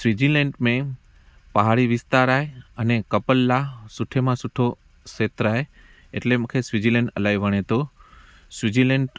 Switzerland में पाहाड़ी विस्तार आए अने कपल आ सुठे मां सुठो खेत्र आहे एटले मूंखे स्विजीलैंड इलाही वणे थो स्विजीलैंड